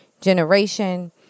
generation